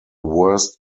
worst